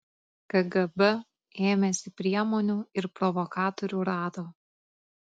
kgb ėmėsi priemonių ir provokatorių rado